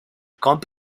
camp